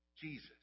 Jesus